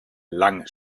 lange